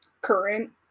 current